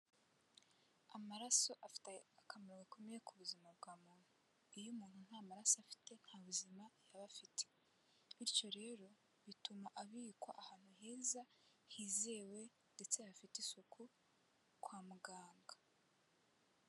Amaraso afite akamaro gakomeye ku buzima bwa muntu. Iyo umuntu ntamaraso afite ntabuzima yaba afite. Bityo rero, bituma abikwa ahantu heza, hizewe ndetse hafite isuku kwa muganga.